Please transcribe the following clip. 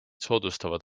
soodustavad